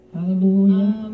Hallelujah